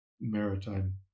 maritime